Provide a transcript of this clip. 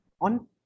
on